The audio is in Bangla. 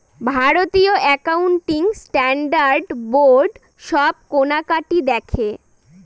ভারতীয় একাউন্টিং স্ট্যান্ডার্ড বোর্ড সব কেনাকাটি দেখে